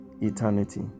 eternity